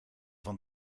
van